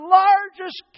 largest